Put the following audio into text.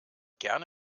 gerne